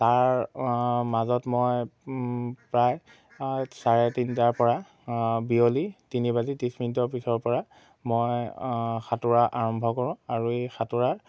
তাৰ মাজত মই প্ৰায় চাৰে তিনিটাৰ পৰা বিয়লি তিনিবাজি ত্ৰিছ মিনিটৰ পিছৰ পৰা মই সাঁতোৰা আৰম্ভ কৰোঁ আৰু এই সাঁতোৰাৰ